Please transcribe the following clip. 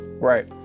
Right